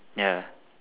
ya